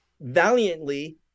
valiantly